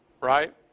right